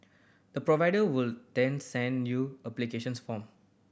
the provider will then send you applications form